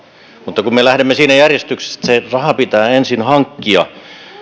mutta me lähdemme siinä järjestyksessä että se raha pitää ensin hankkia